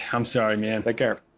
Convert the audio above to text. i'm sorry, man. take